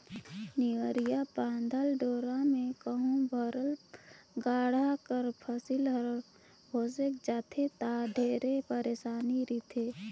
नेवरिया कर बाधल डोरा मे कहो भरल गाड़ा कर फसिल हर भोसेक जाथे ता ढेरे पइरसानी रिथे